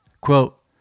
Quote